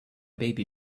baby